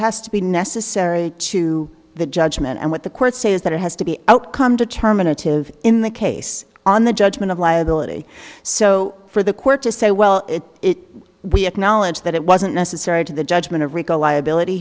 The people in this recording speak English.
has to be necessary to the judgment and what the courts say is that it has to be outcome determinative in the case on the judgment of liability so for the court to say well it we acknowledge that it wasn't necessary to the judgment of rico liability